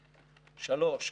שלוש,